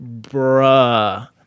bruh